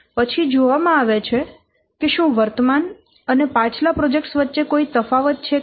પછી જોવા માં આવે છે કે શું વર્તમાન અને પાછલા પ્રોજેક્ટ્સ વચ્ચે કોઈ તફાવત છે કે નહીં